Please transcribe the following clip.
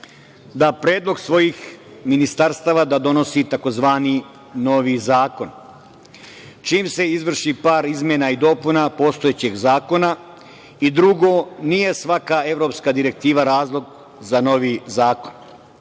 da predlog svojih ministarstava da donosi tzv. novi zakon čim se izvrši par izmena i dopuna postojećeg zakona. Drugo, nije svaka evropska direktiva razlog za novi zakon. Novi